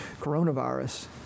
coronavirus